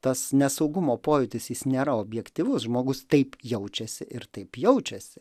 tas nesaugumo pojūtis jis nėra objektyvus žmogus taip jaučiasi ir taip jaučiasi